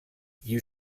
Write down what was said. you